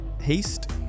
haste